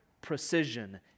precision